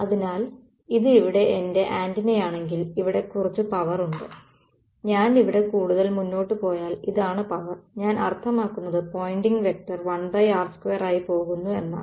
അതിനാൽ ഇത് ഇവിടെ എന്റെ ആന്റിനയാണെങ്കിൽ ഇവിടെ കുറച്ച് പവറുണ്ട് ഞാൻ ഇവിടെ കൂടുതൽ മുന്നോട്ട് പോയാൽ ഇതാണ് പവർ ഞാൻ അർത്ഥമാക്കുന്നത് പോയിന്റിംഗ് വെക്റ്റർ 1r2 ആയി പോകുന്നു എന്നാണ്